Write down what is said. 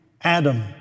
Adam